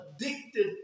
addicted